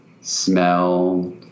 smell